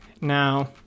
Now